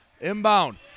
Inbound